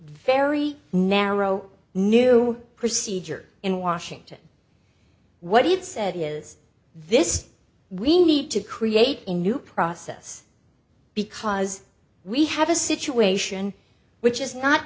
very narrow new procedure in washington what it's said is this we need to create a new process because we have a situation which is not